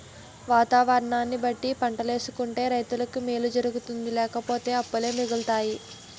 వాతావరణాన్ని బట్టి పంటలేసుకుంటే రైతులకి మేలు జరుగుతాది లేపోతే అప్పులే మిగులుతాయి